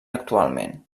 actualment